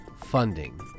funding